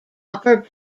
upper